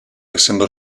essendo